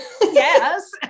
yes